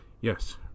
Yes